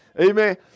Amen